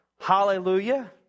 hallelujah